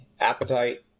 appetite